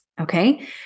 Okay